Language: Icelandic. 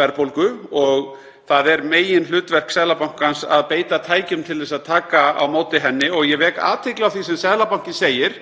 verðbólgu og það er meginhlutverk Seðlabankans að beita tækjum til að taka á móti henni. Ég vek athygli á því sem Seðlabankinn segir,